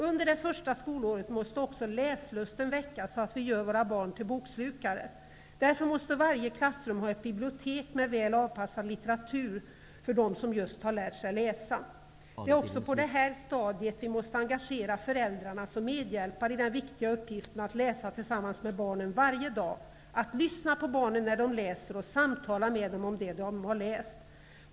Under det första skolåret måste också läslusten väckas så att vi gör våra barn till bokslukare. Därför måste varje klassrum ha ett bibliotek med väl avpassad litteratur för dem som just har lärt sig läsa. Det är också på det här stadiet vi måste engagera föräldrarna som medhjälpare i den viktiga uppgiften att läsa tillsammans med barnen varje dag, att lyssna på barnen när de läser och att samtala med dem om det de har läst.